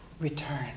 return